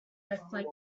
lifelike